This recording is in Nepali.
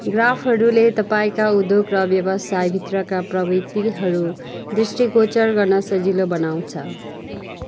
ग्राफहरूले तपाईँँका उद्योग र व्यवसाय भित्रका प्रवृत्तिहरू दृष्टिगोचर गर्न सजिलो बनाउँछ